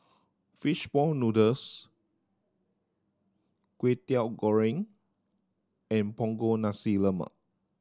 fish ball noodles Kwetiau Goreng and Punggol Nasi Lemak